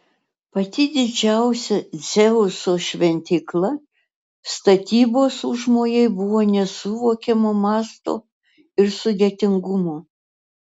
pati didžiausia dzeuso šventykla statybos užmojai buvo nesuvokiamo masto ir sudėtingumo